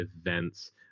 events